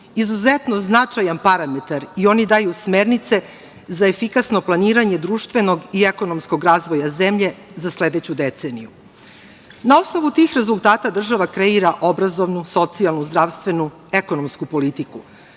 izuzetno značajan parametar i oni daju smernice za efikasno planiranje društvenog i ekonomskog razvoja zemlje za sledeću deceniju. Na osnovu tih rezultata država kreira obrazovnu, socijalnu, zdravstvenu, ekonomsku politiku,